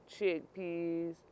chickpeas